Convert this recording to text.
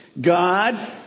God